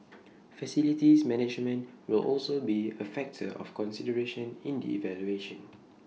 facilities management will also be A factor of consideration in the evaluation